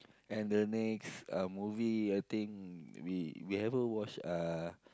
and the next uh movie I think we we haven't watch uh